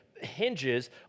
hinges